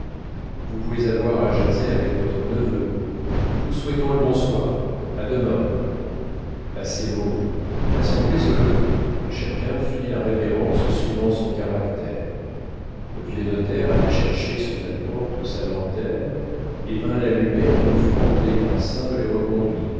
vous pouvez avoir à jaser avec votre neveu nous vous souhaitons le bonsoir a demain a ces mots l'assemblée se leva et chacun fit la révérence suivant son caractère le vieux notaire alla chercher sous la porte sa lanterne et vint l'allumer en offrant aux des grassins de les reconduire